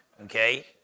okay